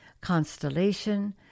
constellation